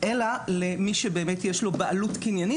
אלא למי שבאמת יש לו בעלות קניינית